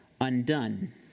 undone